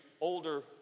older